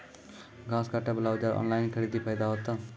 घास काटे बला औजार ऑनलाइन खरीदी फायदा होता?